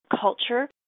culture